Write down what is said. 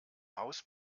haus